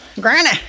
Granny